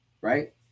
right